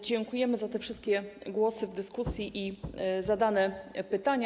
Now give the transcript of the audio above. Dziękujemy za te wszystkie głosy w dyskusji i zadane pytania.